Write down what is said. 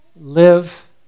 live